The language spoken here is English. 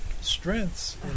strengths